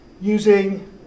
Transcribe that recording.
using